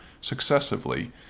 successively